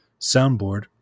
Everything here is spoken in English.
soundboard